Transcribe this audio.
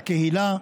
את הקהילה,